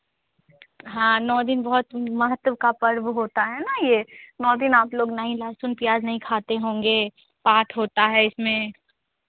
हाँ नौ दिन बहुत महत्त्व का पर्व होता है ना यह नौ दिन आप लोग नहीं लहसन प्याज नहीं खाते होंगे पाठ होता है इसमें